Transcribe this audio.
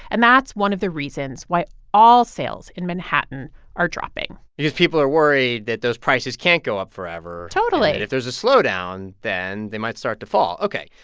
and that's one of the reasons why all sales in manhattan are dropping because people are worried that those prices can't go up forever. totally. and if there's a slowdown, then they might start to fall. ok,